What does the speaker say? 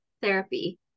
therapy